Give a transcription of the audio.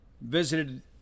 Visited